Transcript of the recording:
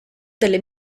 delle